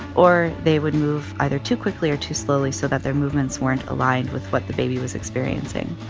or they would move either too quickly or too slowly so that their movements weren't aligned with what the baby was experiencing